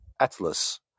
Atlas